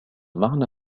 معنى